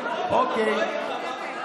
אתה טועה.